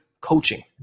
coaching